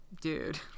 dude